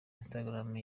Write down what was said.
instagram